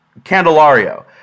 Candelario